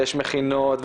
ויש מכינות,